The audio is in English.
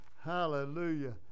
Hallelujah